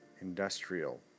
industrial